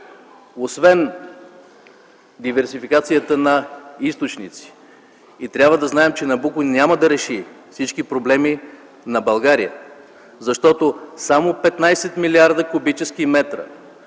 освен диверсификацията на източници. Трябва да знаем, че „Набуко” няма да реши всички проблеми на България, защото само 15 млрд. куб.м от